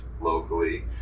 locally